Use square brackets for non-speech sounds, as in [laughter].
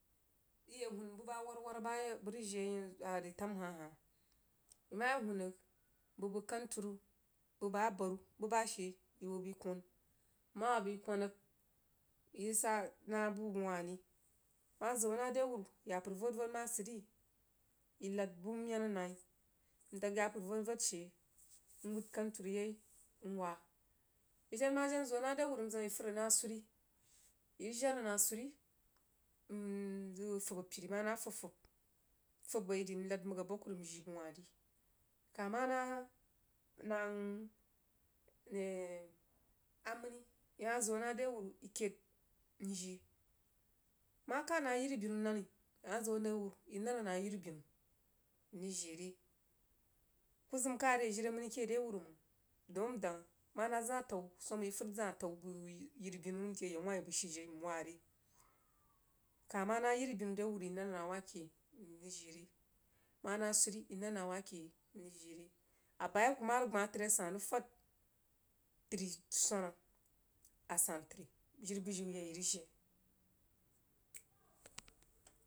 Yi yag huun bubah a warwar bah abəg rig jii retenhah hah yi mah yah huun rig bubəg kanturug bubag abaru buh bah shee yi hoo bəi kon nmah hoo bəi kwan rig nrig sah nah buh bəg wah ri yi mah zəun nah re wuru yapər avod-vod mah sidri ndag yapər a vod-vod she nuuhd kanturu yai nwah bəg jen mah zəun nah rewuru nza a yi rig fəd suri yi rig jaad na swari nzəg fub a piri mang h a fub fub nfúb bai ri ŋad mgha aghkuri mjii bəg wah ri mkah namah hang [hesitation] aməni yi mah zəun nah rewuruh yi kəid njii mah kah nah yiribinu nəni yi mah zəu rewuru yi rig nən nahyiri binu mrig jie re kuh zəm kah re jiri aməni keh rewuruh mang dəin ndangha mah-mah zah təu swammang yi rig fəid zah təun bəg yiribinu nəm ake yau wah vi bəg shiujai nwah re kah manah yiribinu rewuru yi rig nənah nah wah ke re wuruh njie ne mah nah swəri yi rig nən nah wah keh n rig jie re a bai a kub mah rig gbah tri asannu swammang rig fad driswana a sannu təri jiri bujiu yi a yi rig jie.